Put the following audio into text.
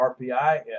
RPI